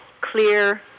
clear